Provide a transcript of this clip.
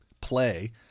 play